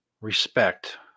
respect